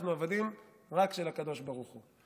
אנחנו עבדים רק של הקדוש ברוך הוא.